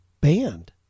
band